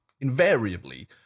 invariably